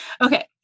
Okay